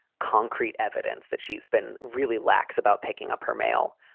concrete evidence that she's been really lax about picking up her mail.